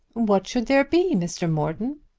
what should there be, mr. morton!